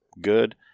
good